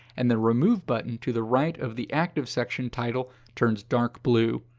and the remove button to the right of the active section title turns dark blue.